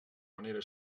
manera